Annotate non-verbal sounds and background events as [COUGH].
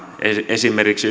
esimerkiksi [UNINTELLIGIBLE]